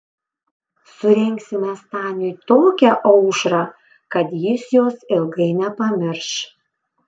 surengsime staniui tokią aušrą kad jis jos ilgai nepamirš